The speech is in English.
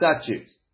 statutes